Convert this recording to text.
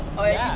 ya